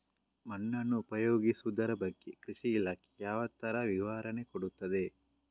ಮಣ್ಣನ್ನು ಉಪಯೋಗಿಸುದರ ಬಗ್ಗೆ ಕೃಷಿ ಇಲಾಖೆ ಯಾವ ತರ ವಿವರಣೆ ಕೊಡುತ್ತದೆ?